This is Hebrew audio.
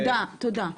תודה, תודה.